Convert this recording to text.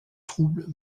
troubles